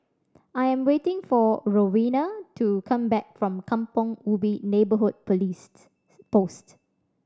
I am waiting for Rowena to come back from Kampong Ubi Neighbourhood Post